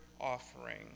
offering